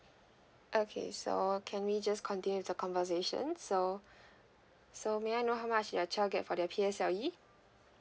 okay so can we just continue the conversation so so may I know how much your child get for the P_S_L_E